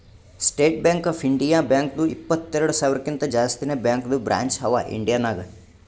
state Bank of India ಬ್ಯಾಂಕ್ದು ಇಪ್ಪತ್ತೆರೆಡ್ ಸಾವಿರಕಿಂತಾ ಜಾಸ್ತಿನೇ ಬ್ಯಾಂಕದು ಬ್ರ್ಯಾಂಚ್ ಅವಾ ಇಂಡಿಯಾ ನಾಗ್